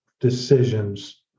decisions